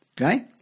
Okay